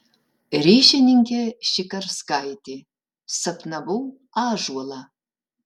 ryšininkė šikarskaitė sapnavau ąžuolą